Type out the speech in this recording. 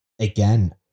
again